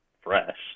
fresh